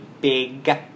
big